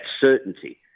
certainty